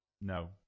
no